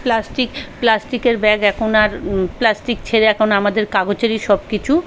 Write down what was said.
plastic প্লাস্টিকের bag এখন আর প্লাস্টিক ছেড়ে এখন আমাদের কাগজেরই সব কিছু